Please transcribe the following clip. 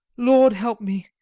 lord, help me,